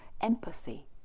empathy